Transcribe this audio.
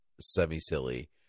semi-silly